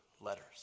letters